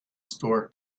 store